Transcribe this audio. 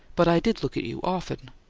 but i did look at you. often.